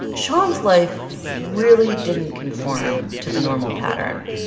shon's life really didn't conform to the normal pattern.